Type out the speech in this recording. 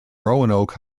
roanoke